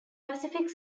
pacific